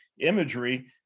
imagery